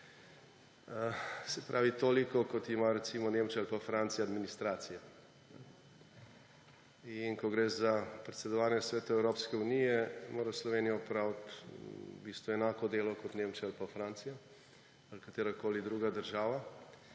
se pravi toliko, kot ima, recimo, Nemčija ali pa Francija administracije. In ko gre za predsedovanje Svetu Evropske unije, mora Slovenija opraviti v bistvu enako delo kot Nemčija ali pa Francija ali katerakoli druga država,